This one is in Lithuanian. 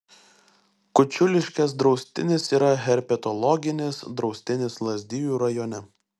kučiuliškės draustinis yra herpetologinis draustinis lazdijų rajone